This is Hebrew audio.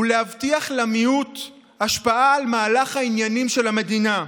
היא להבטיח למיעוט השפעה על מהלך העניינים של המדינה.